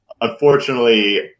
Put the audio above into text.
unfortunately